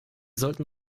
sollten